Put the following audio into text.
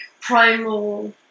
primal